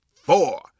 four